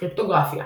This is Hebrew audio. קריפטוגרפיה